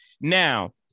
Now